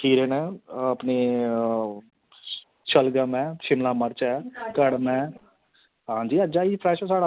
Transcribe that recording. खिरे ना ओह् अपनी शलगम ऐ शिमला मर्च ऐ कड़म ऐ हंजी अज आई फ्रैश साढ़ा रोज आंदा